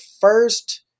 first